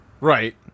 right